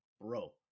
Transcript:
bro